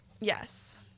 Yes